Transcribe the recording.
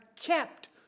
Kept